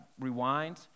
rewind